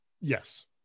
yes